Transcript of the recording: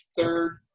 third